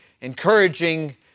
encouraging